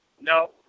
No